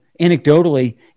anecdotally